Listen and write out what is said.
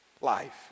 life